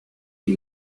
die